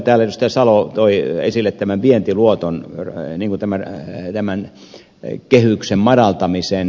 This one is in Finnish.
mauri salo toi esille tämän vientiluoton raininko tämä elämä nyt en kehyksen madaltamisen